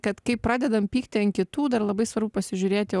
kad kai pradedam pykti ant kitų dar labai svarbu pasižiūrėti